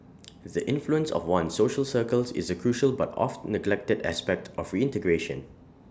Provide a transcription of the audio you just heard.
the influence of one's social circles is A crucial but oft neglected aspect of reintegration